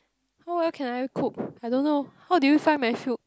how well can I cook I don't know how do you find my soup